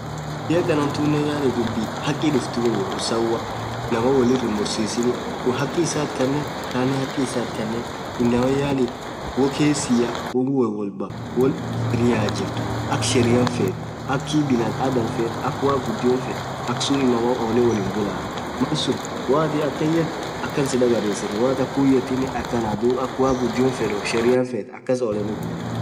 dhub akha tunen yaani dhub haki tufthuni usawwa inamaa wolirr himmursisin khun hakki isaa itkhane khanen hakki isaa itkhane inamaa yaani woo kesia won wonwolbha won Sheria jirthu akha Sheridan fethu akha binadamu fethu akha waq ghudio feth akhasun inaman ollee wollin bulah malsun woathin akhan yethu akhan sidhaghariseni woathin akhun yethinen akhanaa dhub akha waqh gudhio fedhuf akha Sheria fethu akas olleni buleni